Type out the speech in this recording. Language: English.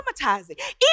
traumatizing